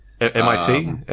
MIT